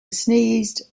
sneezed